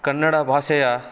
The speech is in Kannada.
ಕನ್ನಡ ಭಾಷೆಯ